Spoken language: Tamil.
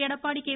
எடப்பாடி கே